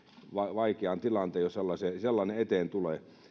vaikean tilanteen jos sellainen eteen tulee